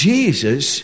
Jesus